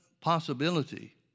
possibility